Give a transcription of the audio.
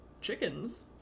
chickens